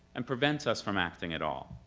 and prevents us from acting at all.